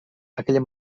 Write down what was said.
aquella